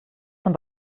zum